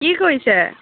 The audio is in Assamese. কি কৰিছে